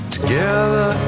Together